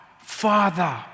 Father